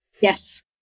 Yes